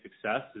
success